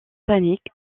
panic